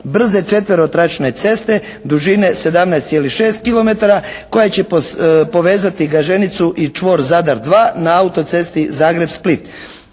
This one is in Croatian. brze četverotračne ceste dužine 17,6 kilometara koja će povezati Gaženicu i čvor Zadar 2 na autocesti Zagreb-Split.